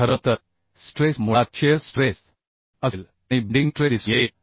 खरं तर स्ट्रेस मुळात शिअर स्ट्रेस असेल आणि बेंडिंग स्ट्रेस दिसून येईल